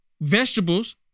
vegetables